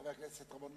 חבר הכנסת רמון,